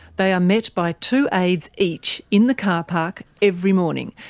they are met by two aides each in the car park every morning,